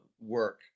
work